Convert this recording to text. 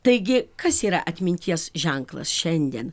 taigi kas yra atminties ženklas šiandien